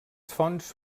fonts